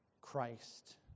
Christ